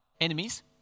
enemies